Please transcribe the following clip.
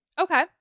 Okay